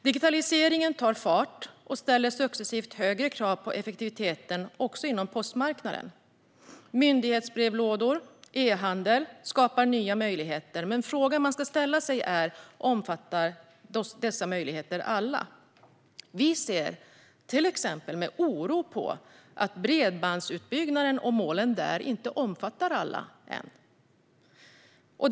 Digitaliseringen tar fart och ställer successivt högre krav på effektivitet också inom postmarknaden. Myndighetsbrevlådor och e-handel skapar nya möjligheter, men frågan man ska ställa sig är: Omfattar dessa möjligheter alla? Vi ser till exempel med oro på att bredbandsutbyggnaden och målen för den inte omfattar alla ännu.